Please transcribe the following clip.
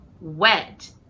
wet